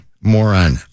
Moron